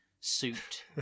suit